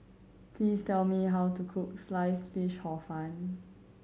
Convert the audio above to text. please tell me how to cook slice fish Hor Fun